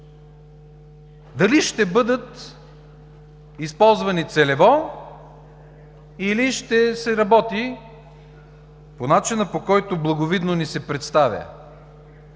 дали ще бъдат използвани целево, или ще се работи по начина, по който благовидно ни се представя?